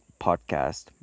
podcast